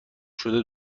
شده